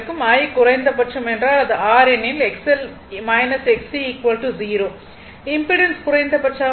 I குறைந்த பட்சம் என்றால் அது R ஏனெனில் XL XC 0 இம்பிடன்ஸ் குறைந்தபட்சமாக இருக்கும்